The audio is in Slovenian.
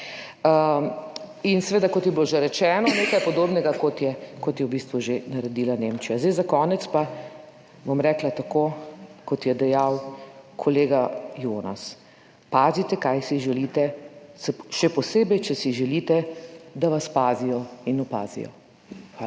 In seveda kot je bilo že rečeno, nekaj podobnega kot je, kot je v bistvu že naredila Nemčija. Zdaj, za konec pa bom rekla tako kot je dejal kolega Jonas: "Pazite kaj si želite, še posebej, če si želite, da vas pazijo in opazijo." Hvala.